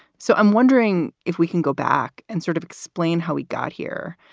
so i'm wondering if we can go back and sort of explain how we got here,